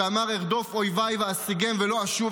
שאמר: "ארדוף אויבי ואשיגֵם ולא אשוב